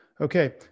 Okay